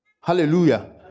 hallelujah